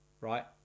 Right